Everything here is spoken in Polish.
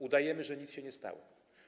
Udajemy, że nic się nie stało.